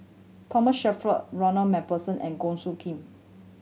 Thomas Shelford Ronald Macpherson and Goh Soo Khim